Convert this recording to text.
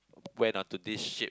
went onto this ship